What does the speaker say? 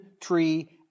tree